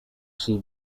she